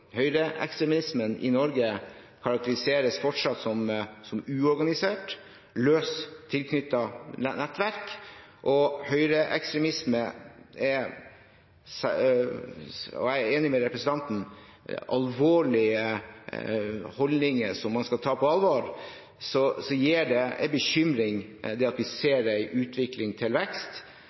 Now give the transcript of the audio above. Høyreekstremismen i Norge karakteriseres fortsatt som uorganiserte, løst tilknyttete nettverk. Jeg er enig med representanten i at dette er alvorlige holdninger som man skal ta på alvor, og så er det en bekymring at vi ser en utvikling til vekst